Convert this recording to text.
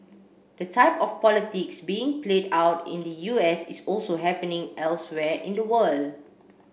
the type of politics being played out in the U S is also happening elsewhere in the world